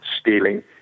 stealing